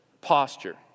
posture